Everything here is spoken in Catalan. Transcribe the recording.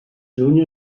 juny